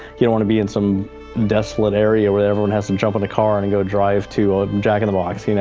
you don't wanna be in some desolate area where everyone has to jump in the car and go drive to a jack in the box. you know?